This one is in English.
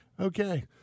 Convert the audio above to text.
Okay